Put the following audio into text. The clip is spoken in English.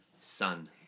Sun